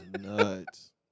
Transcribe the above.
nuts